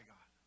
God